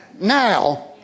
Now